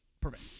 Perfect